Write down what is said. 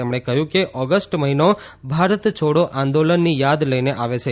તેમણે કહયું કે ઓગષ્ટ મહિનો ભારત છોડી આંદોલનની યાદ લઈને આવે છે